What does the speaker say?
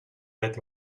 bad